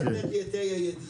לא צריך להוסיף לי את ה"א הידיעה.